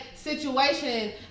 situation